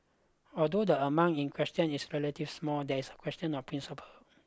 although the amount in question is relative small there is a question of principle